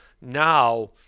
now